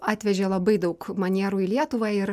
atvežė labai daug manierų į lietuvą ir